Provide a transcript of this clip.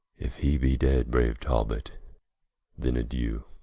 if he be dead, braue talbot then adieu